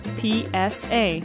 psa